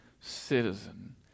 citizen